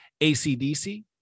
ACDC